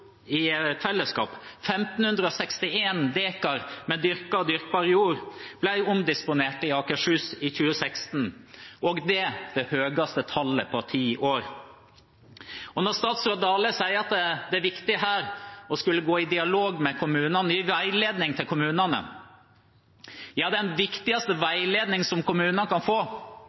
i fellesskap. 1 561 dekar med dyrket og dyrkbar jord ble omdisponert i Akershus i 2016. Også det er det høyeste tallet på ti år. Statsråd Dale sier at det her er viktig å gå i dialog med kommunene og gi dem veiledning. Ja, den viktigste veiledningen kommunene kan få, er